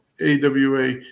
AWA